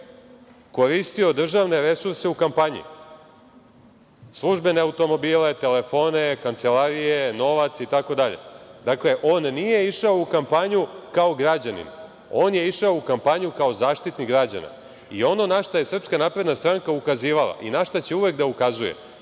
koristio državne resurse u kampanji, službene automobile, telefone, kancelarije, novac itd. Dakle, on nije išao u kampanju kao građanin. On je išao u kampanju kao Zaštitnik građana. I ono na šta je SNS ukazivala i na šta će uvek da ukazuje,